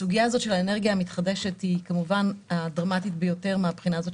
סוגיית האנרגיה המתחדשת היא כמובן הדרמטית ביותר מן הבחינה של